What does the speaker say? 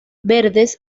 verdes